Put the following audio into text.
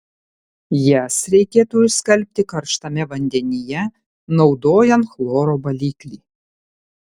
jas reikėtų išskalbti karštame vandenyje naudojant chloro baliklį